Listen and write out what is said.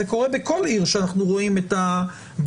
זה קורה בכל עיר שאנחנו רואים את ברכת